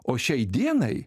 o šiai dienai